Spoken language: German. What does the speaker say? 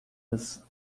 ist